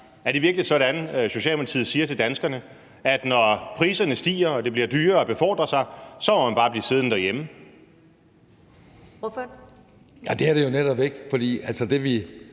Er det virkelig sådan, at Socialdemokratiet siger til danskerne, at når priserne stiger og det bliver dyrere at befordre sig, så må man bare blive siddende derhjemme? Kl. 13:09 Første næstformand